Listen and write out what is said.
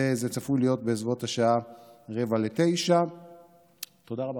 וזה צפוי להיות בסביבות השעה 20:45. תודה רבה.